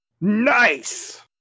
Nice